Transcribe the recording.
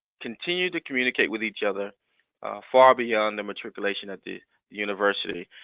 continue to communicate with each other far beyond the matriculation at the university.